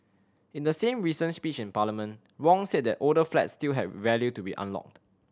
in the same recent speech in Parliament Wong said that older flats still had value to be unlocked